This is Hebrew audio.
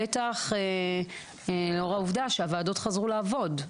בטח לאור העובדה שהוועדות חזרו לעבוד,